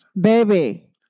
Baby